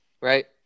Right